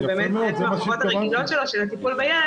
כחלק מהחובות הרגילות שלו של טיפול בילד,